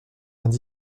vingt